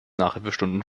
nachhilfestunden